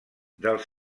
dels